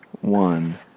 one